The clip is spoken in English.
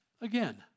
again